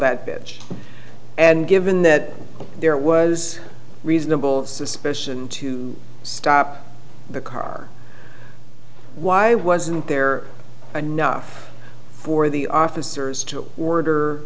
that bitch and given that there was reasonable suspicion to stop the car why wasn't there a nudge for the officers to order